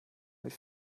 mit